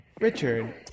Richard